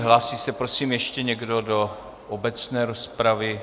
Hlásí se, prosím, ještě někdo do obecné rozpravy?